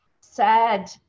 sad